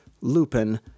Lupin